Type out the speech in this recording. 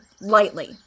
lightly